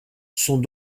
sont